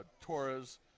Torres